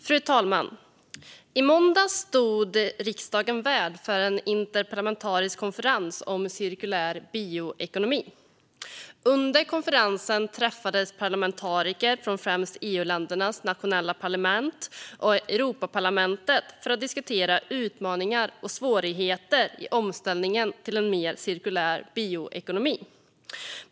Fru talman! I måndags stod riksdagen värd för en interparlamentarisk konferens om cirkulär bioekonomi. Under konferensen träffades parlamentariker från främst EU-ländernas nationella parlament och Europaparlamentet för att diskutera utmaningar och svårigheter i omställningen till en mer cirkulär bioekonomi.